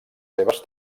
seves